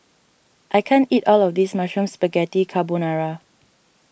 I can't eat all of this Mushroom Spaghetti Carbonara